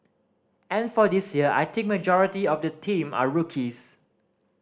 and for this year I think majority of the team are rookies